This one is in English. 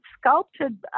sculpted